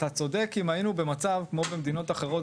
אתה צודק אם היינו במצב כמו במדינות אחרות